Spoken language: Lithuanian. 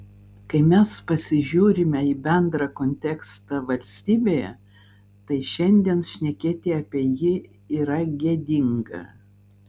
kai mes pasižiūrime į bendrą kontekstą valstybėje tai šiandien šnekėti apie jį yra gėdinga